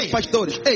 pastores